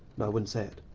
no, i wouldn't say it.